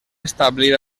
establir